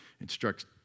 instructs